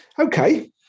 Okay